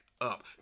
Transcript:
up